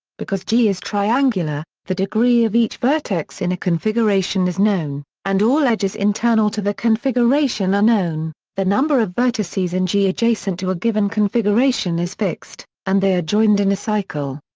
because g is triangular, the degree of each vertex in a configuration is known, and all edges internal to the configuration are known, the number of vertices in g adjacent to a given configuration is fixed, and they are joined in a cycle.